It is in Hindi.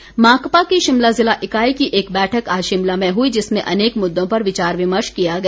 बैठक माकपा की शिमला ज़िला इकाई की एक बैठक आज शिमला में हुई जिसमें अनेक मुद्दों पर विचार विमर्श किया गया